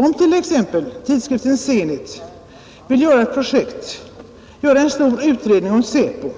Låt oss säga att tidskriften Zenit vill göra en stor utredning om SÄPO.